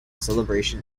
celebration